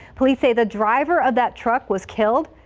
police say the driver of that truck was killed.